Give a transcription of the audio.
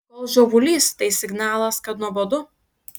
gal žiovulys tai signalas kad nuobodu